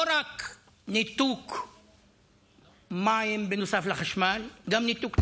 לא רק ניתוק מים בנוסף לחשמל, גם ניתוק טלפון.